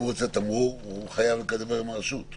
הוא רוצה תמרור הוא חייב לדבר עם הרשות.